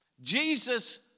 Jesus